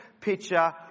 picture